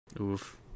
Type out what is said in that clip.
Oof